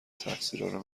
تقصیرارو